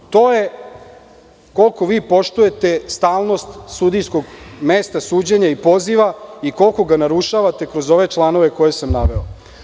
To je koliko vi poštujete stalnost sudijskog mesta, suđenja i poziva i koliko ga narušavate kroz ove članove koje sam naveo.